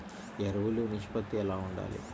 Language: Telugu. ఎరువులు నిష్పత్తి ఎలా ఉండాలి?